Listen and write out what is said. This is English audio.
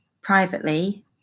privately